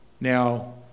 now